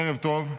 ערב טוב.